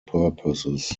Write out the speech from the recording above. purposes